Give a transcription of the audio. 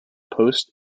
post